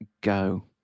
go